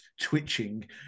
twitching